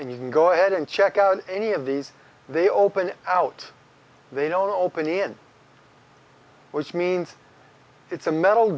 and you can go ahead and check out any of these they open out they don't open and which means it's a metal